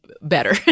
better